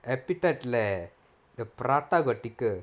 appetite இல்ல:illa the prata got thicker